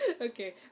Okay